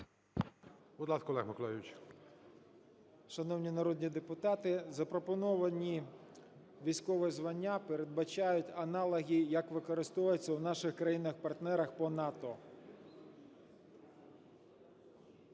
ШЕВЧУК О.М. Шановні народні депутати, запропоновані військові звання передбачають аналоги, як використовуються у наших країнах-партнерах по НАТО.